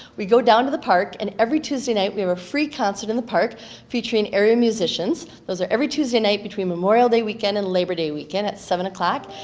we go down to the park and every tuesday night we have a free concert in the park featuring area musicians. those are every tuesday night between memorial day weekend and labor day weekend at seven o'clock.